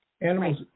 Animals